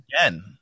Again